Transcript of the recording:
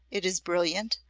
it is brilliant,